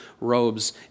robes